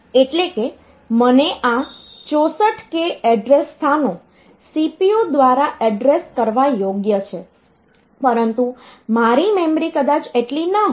એટલે કે મને આ 64 k એડ્રેસ સ્થાનો CPU દ્વારા એડ્રેસ કરવા યોગ્ય છે પરંતુ મારી મેમરી કદાચ એટલી ન હોય